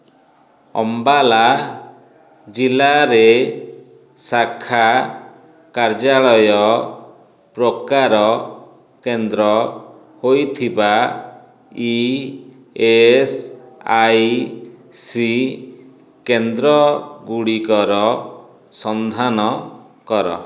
ଅମ୍ବାଲା ଜିଲ୍ଲାରେ ଶାଖା କାର୍ଯ୍ୟାଳୟ ପ୍ରକାର କେନ୍ଦ୍ର ହୋଇଥିବା ଇ ଏସ୍ ଆଇ ସି କେନ୍ଦ୍ର ଗୁଡ଼ିକର ସନ୍ଧାନ କର